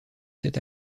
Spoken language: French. cet